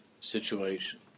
situation